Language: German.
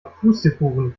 pustekuchen